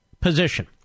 position